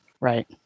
Right